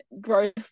growth